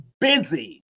busy